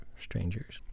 strangers